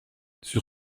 sur